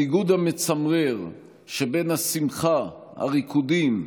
הניגוד המצמרר שבין השמחה, הריקודים,